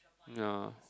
ya